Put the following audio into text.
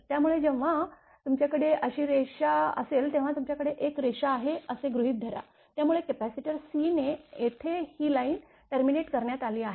त्यामुळे जेव्हा तुमच्याकडे अशी रेषा असेल तेव्हा तुमच्याकडे एक रेषा आहे असे गृहीत धरा त्यामुळे कपॅसिटर C ने येथे ही लाईन टर्मिनेट करण्यात आली आहे